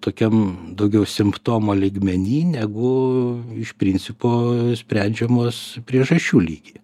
tokiam daugiau simptomo lygmeny negu iš principo sprendžiamos priežasčių lygyje